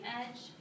edge